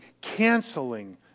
canceling